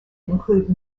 include